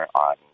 on